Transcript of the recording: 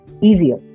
easier